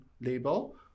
label